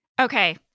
Okay